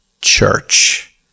church